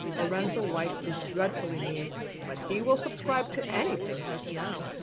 lorenzo white is dreadfully mean but he will subscribe to anything just now.